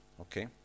Okay